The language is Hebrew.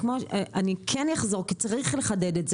אני רוצה לחדד,